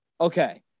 Okay